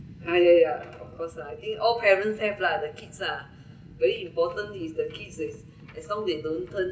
ah ya ya of course lah I think all parents have lah the kids lah very important is the kids is as long they don't turn